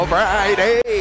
Friday